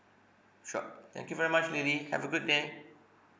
sure thank you very much lily have a good day